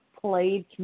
played